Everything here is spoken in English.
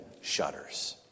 shudders